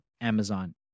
Amazon